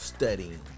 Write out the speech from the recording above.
Studying